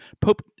Pope